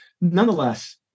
Nonetheless